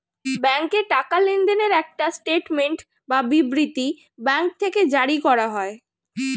ব্যাংকে টাকা লেনদেনের একটা স্টেটমেন্ট বা বিবৃতি ব্যাঙ্ক থেকে জারি করা হয়